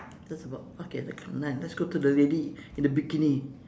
that's about okay done let's go to the lady in a bikini